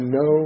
no